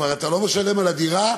אתה כבר לא משלם על הדירה,